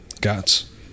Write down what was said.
Gats